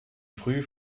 früh